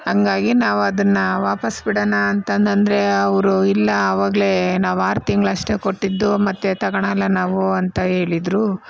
ಹಾಗಾಗಿ ನಾವದನ್ನು ವಾಪಸು ಕೊಡೋಣ ಅಂತಂದಂದರೆ ಅವರು ಇಲ್ಲ ಆವಾಗಲೇ ನಾವು ಆರು ತಿಂಗಳಷ್ಟೇ ಕೊಟ್ಟಿದ್ದು ಮತ್ತೆ ತಗೋಳಲ್ಲ ನಾವು ಅಂತ ಹೇಳಿದರು